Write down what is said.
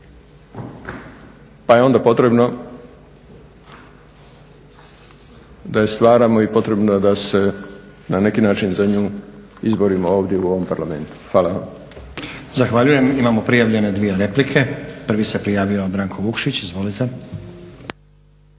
pa je onda potrebno da je stvaramo i potrebno je da se na neki način za nju izborimo ovdje u ovom Parlamentu. Hvala vam.